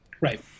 Right